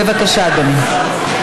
בבקשה, אדוני.